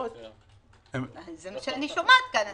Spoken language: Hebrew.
זה מה שאני שומעת כאן.